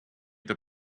the